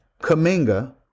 Kaminga